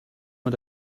mit